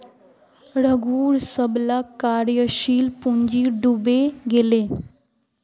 रघूर सबला कार्यशील पूँजी डूबे गेले